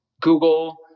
Google